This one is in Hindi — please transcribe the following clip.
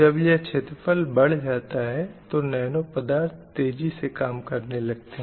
जब यह छेत्रफल बढ़ जाता है तो नैनो पदार्थ तेज़ी से काम करने लगते हैं